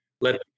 let